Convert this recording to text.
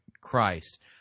Christ